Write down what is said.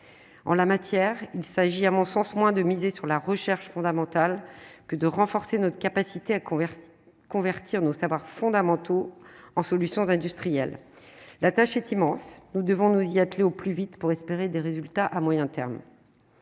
en la matière, il s'agit, à mon sens, moins de miser sur la recherche fondamentale que de renforcer notre capacité à convertir convertir nos savoirs fondamentaux en solutions industrielles, la tâche est immense, nous devons nous y atteler au plus vite pour espérer des résultats à moyen terme,